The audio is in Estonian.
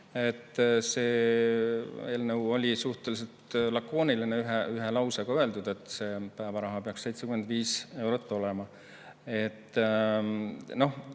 See eelnõu on suhteliselt lakooniline, ühe lausega öeldud, et see päevaraha peaks 75 eurot olema.